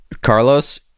Carlos